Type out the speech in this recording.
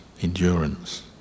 endurance